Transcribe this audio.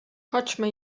chodźmy